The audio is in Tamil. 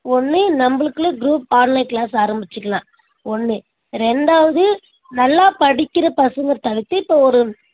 ஒன்று நம்பளுக்குள்ளே க்ரூப் ஆன்லைன் க்ளாஸ் ஆரமிச்சிக்கலாம் ஒன்று ரெண்டாவது நல்லா படிக்கிற பசங்க தவிர்த்து இப்போ ஒரு